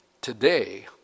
today